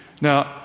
Now